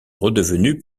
redevenue